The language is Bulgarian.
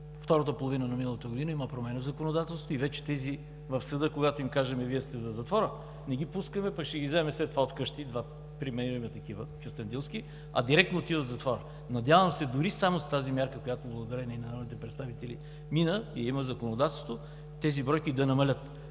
втората половина на миналата година има промяна в законодателството, и вече в съда, когато им кажем: „Вие сте за затвора“, не ги пускаме, пък ще ги вземем след това от вкъщи, при мен имам такива, кюстендилски, директно отиват в затвора. Надявам се дори само с тази мярка, която благодарение на народните представители мина и има законодателство, тези бройки да намалеят.